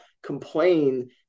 complain